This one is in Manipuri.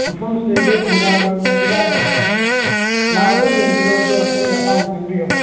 ꯃꯐꯝꯁꯤ ꯑꯩꯈꯣꯏ ꯊꯧꯕꯥꯜ ꯖꯤꯂꯥꯗꯅꯤ ꯂꯥꯛꯑꯒ ꯌꯦꯡꯕꯤꯔꯣ ꯑꯗꯨꯒ ꯑꯗꯣꯝꯒꯤ ꯑꯄꯥꯝꯕ ꯈꯟꯕꯤꯔꯣ